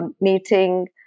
meeting